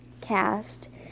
Cast